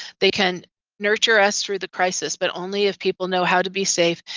they can nurture us through the crisis, but only if people know how to be safe.